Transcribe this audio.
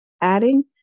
adding